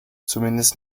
zumindest